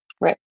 Right